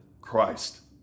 Christ